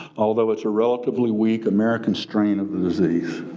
although it's a relatively weak american strain of the disease.